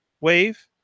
wave